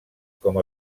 com